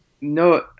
No